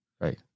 right